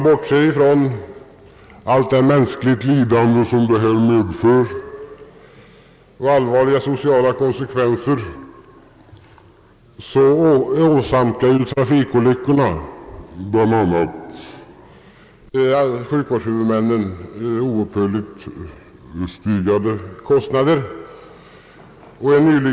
Bortsett från allt mänskligt lidande och allvarliga sociala konsekvenser åsamkar trafikolyckorna bl.a. sjukvårdshuvudmännen oupphörligt stigande kostnader.